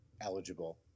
eligible